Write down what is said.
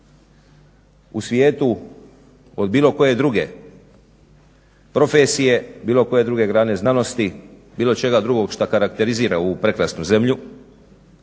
u svijetu od bilo koje druge profesije, bilo koje druge grane znanosti, bilo čega drugog što karakterizira ovu prekrasnu zemlju.